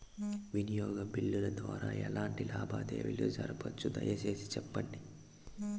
వినియోగ బిల్లుల ద్వారా ఎట్లాంటి లావాదేవీలు జరపొచ్చు, దయసేసి సెప్పండి?